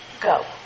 go